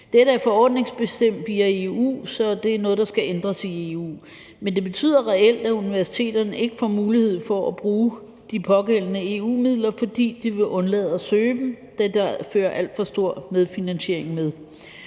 Dette er forordningsbestemt via EU, så det er noget, der skal ændres i EU. Men det betyder reelt, at universiteterne ikke får mulighed for at bruge de pågældende EU-midler, fordi de vil undlade at søge dem, da der følger alt for stor medfinansiering med.